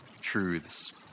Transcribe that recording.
Truths